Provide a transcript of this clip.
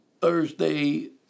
Thursday